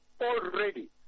already